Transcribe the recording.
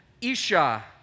Isha